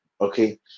okay